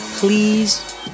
Please